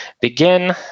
begin